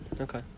Okay